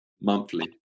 monthly